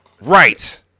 Right